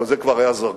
אבל זה כבר היה זרקור.